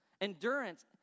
Endurance